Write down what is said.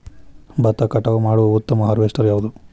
ಭತ್ತ ಕಟಾವು ಮಾಡುವ ಉತ್ತಮ ಹಾರ್ವೇಸ್ಟರ್ ಯಾವುದು?